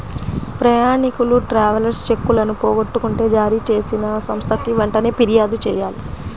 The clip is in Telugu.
ప్రయాణీకులు ట్రావెలర్స్ చెక్కులను పోగొట్టుకుంటే జారీచేసిన సంస్థకి వెంటనే పిర్యాదు చెయ్యాలి